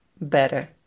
better